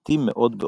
דתי מאוד באופיו.